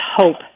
hope